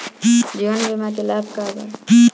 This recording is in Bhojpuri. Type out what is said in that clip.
जीवन बीमा के का लाभ बा?